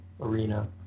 arena